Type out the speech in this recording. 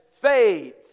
faith